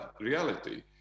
reality